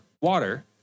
water